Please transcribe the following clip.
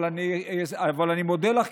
אבל אני מודה לך,